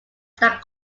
that